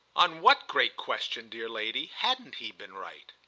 on what great question, dear lady, hasn't he been right?